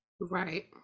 Right